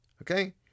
okay